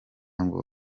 ngo